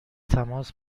تماس